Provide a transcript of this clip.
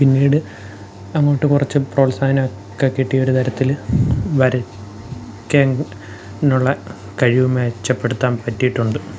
പിന്നീട് അങ്ങോട്ടു കുറച്ച് പ്രോത്സാഹനമൊക്കെ കിട്ടി ഒരു തരത്തില് വരയ്ക്കാനുള്ള കഴിവ് മെച്ചപ്പെടുത്താൻ പറ്റിയിട്ടുണ്ട്